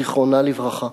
זיכרונה לברכה.